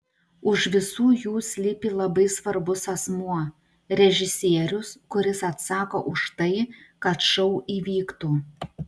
už visų jų slypi labai svarbus asmuo režisierius kuris atsako už tai kad šou įvyktų